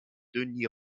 denys